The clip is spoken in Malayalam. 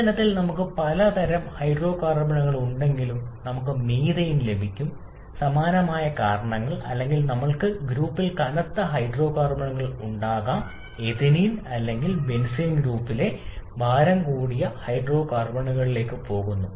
ഇന്ധനത്തിൽ നമുക്ക് പലതരം ഹൈഡ്രോകാർബണുകൾ ഉണ്ടെങ്കിലും നമുക്ക് മീഥെയ്ൻ ലഭിക്കും സമാനമായ കാര്യങ്ങൾ അല്ലെങ്കിൽ നമ്മൾക്ക് ഗ്രൂപ്പിൽ കനത്ത ഹൈഡ്രോകാർബണുകൾ ഉണ്ടാകാം എഥിലീൻ അല്ലെങ്കിൽ ബെൻസീൻ ഗ്രൂപ്പിലെ ഭാരം കൂടിയ ഹൈഡ്രോകാർബണുകളിലേക്ക് പോകുന്നു